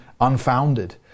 unfounded